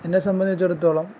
എന്നെ സംബന്ധിച്ചെടുത്തോളം